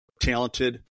talented